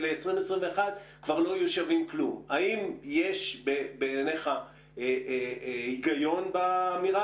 יהיו שווים כלום בשנת 2021. האם יש בעינך היגיון באמירה